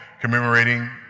commemorating